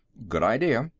good idea,